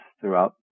throughout